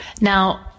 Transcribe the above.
Now